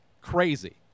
crazy